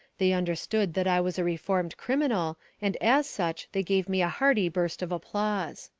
they understood that i was a reformed criminal and as such they gave me a hearty burst of applause.